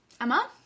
Emma